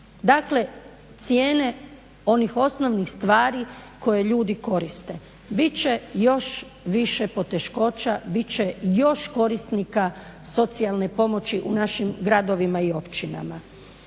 Dakle, cijene onih osnovnih stvari koje ljudi koriste. Bit će još više poteškoća, bit će još korisnika socijalne pomoći u našim gradovima i općinama.